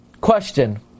Question